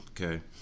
okay